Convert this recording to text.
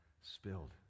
spilled